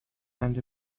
and